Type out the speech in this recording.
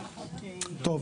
טוב.